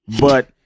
But-